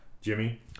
Jimmy